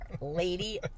Lady